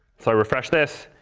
so i refresh this,